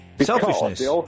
Selfishness